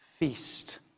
feast